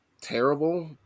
terrible